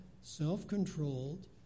self-controlled